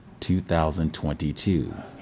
2022